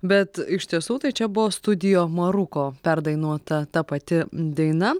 bet iš tiesų tai čia buvo studijo maruko perdainuota ta pati daina